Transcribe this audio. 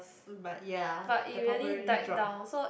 but ya their popularity drop